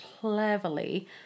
cleverly